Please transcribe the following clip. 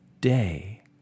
day